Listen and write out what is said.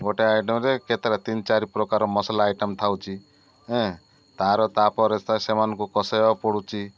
ଗୋଟେ ଆଇଟମ୍ରେ କେତେଟା ତିନି ଚାରି ପ୍ରକାର ମସଲା ଆଇଟମ୍ ଥାଉଛି ଏଁ ତା'ର ତା'ପରେ ସେମାନଙ୍କୁ କଷାଇବାକୁ ପଡ଼ୁଛି